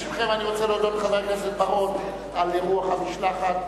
בשמכם אני רוצה להודות לחבר הכנסת בר-און על אירוח המשלחת.